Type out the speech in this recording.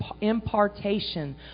impartation